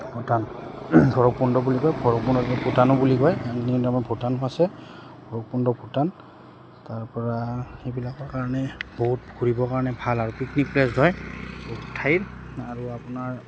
ভূটান ভৈৰৱকুণ্ড বুলি কয় ভৈৰৱকুণ্ড ভূটানো বুলি ভূটানো আছে ভৈৰৱকুণ্ড ভূটান তাৰপৰা সেইবিলাকৰ কাৰণে বহুত ঘূৰিবৰ কাৰণে ভাল আৰু পিকনিক প্লেছ হয় বহুত ঠাইত আৰু আপোনাৰ